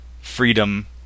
freedom